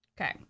Okay